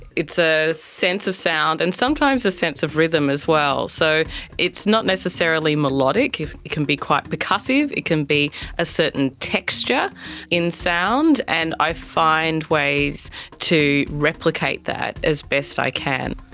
it's a sense of sound, and sometimes a sense of rhythm as well. so it's not necessarily melodic it can be quite percussive, it can be a certain texture in sound, and i find ways to replicate that as best i can.